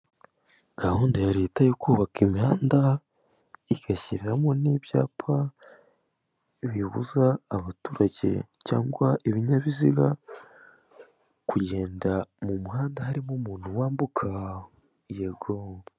Gahunda ya leta yo kubaka imihanda igashyiriramo n'ibyapa bibuza abaturage cyangwa ibinyabiziga kugenda mu muhanda harimo umuntu wambuka yego.